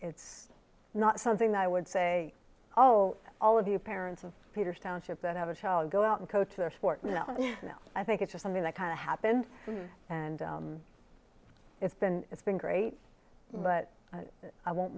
is not something that i would say oh all of you parents of peter's township that have a child go out and go to their sport you know i think it's just something that kind of happened and it's been it's been great but i won't